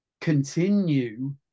continue